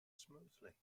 smoothly